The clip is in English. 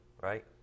right